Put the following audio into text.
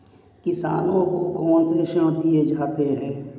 किसानों को कौन से ऋण दिए जाते हैं?